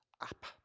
up